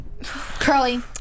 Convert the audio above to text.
Curly